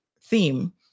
theme